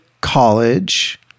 college